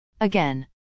Again